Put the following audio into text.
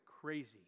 crazy